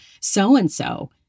so-and-so